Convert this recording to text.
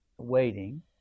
waiting